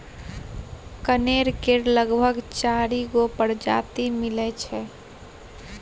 कनेर केर लगभग चारि गो परजाती मिलै छै